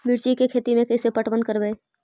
मिर्ची के खेति में कैसे पटवन करवय?